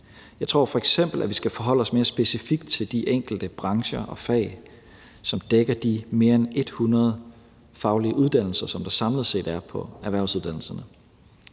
Jeg tror f.eks., vi skal forholde os mere specifikt til de enkelte brancher og fag, som dækker de mere end 100 faglige uddannelser, som der samlet set er på erhvervsuddannelserne.